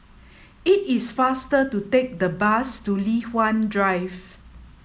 it is faster to take the bus to Li Hwan Drive